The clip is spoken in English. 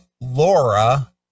Laura